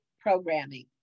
programming